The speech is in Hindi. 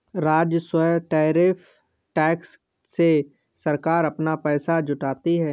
राजस्व टैरिफ टैक्स से सरकार अपना पैसा जुटाती है